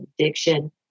addiction